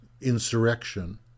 insurrection